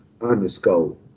underscore